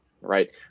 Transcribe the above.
right